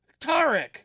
Tarek